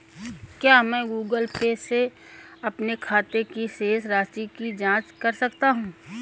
क्या मैं Google Pay से अपने खाते की शेष राशि की जाँच कर सकता हूँ?